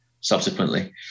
subsequently